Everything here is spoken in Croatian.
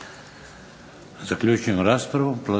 Zaključujem raspravu.